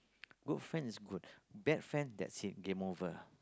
good friends is good bad friends that's it game over